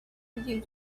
you